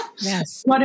Yes